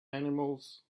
animals